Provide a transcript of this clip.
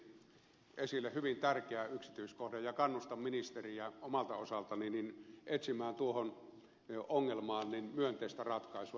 reijonen otti esille hyvin tärkeän yksityiskohdan ja kannustan omalta osaltani ministeriä etsimään tuohon ongelmaan myönteistä ratkaisua